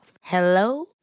Hello